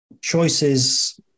choices